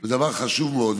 זה דבר חשוב מאוד,